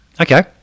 Okay